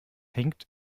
hinkt